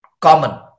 common